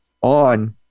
on